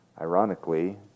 Ironically